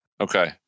Okay